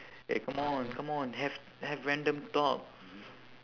eh come on come on have have random talks